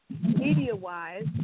media-wise